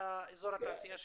אזור התעשייה.